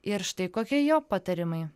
ir štai kokie jo patarimai